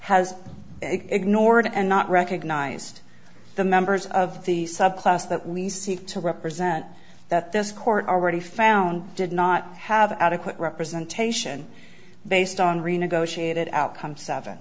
has ignored and not recognized the members of the subclass that lisi to represent that this court already found did not have adequate representation based on renegotiated outcome seven